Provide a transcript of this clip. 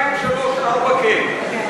2, 3, 4, כן.